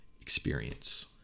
experience